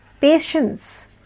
patience